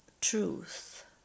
truth